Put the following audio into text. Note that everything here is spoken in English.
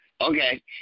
Okay